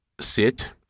sit